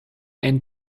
and